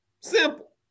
Simple